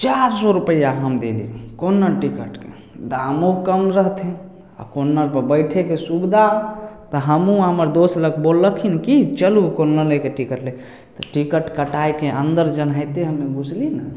चार सए रुपैआ हम देली कोन्ना टिकटके दामो कम रहथिन आ कोन्ना पर बैठेके सुविधा तऽ हमहुँ हमर दोस्त लग बोललखिन की चलु कोन्नलए कए टिकट लै छी टिकट कटाके अन्दर जनाहिते हम घुसली ने